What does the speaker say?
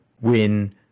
win